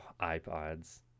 iPods